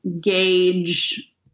gauge